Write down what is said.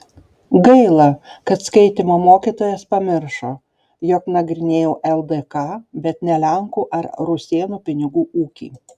gaila kad skaitymo mokytojas pamiršo jog nagrinėjau ldk bet ne lenkų ar rusėnų pinigų ūkį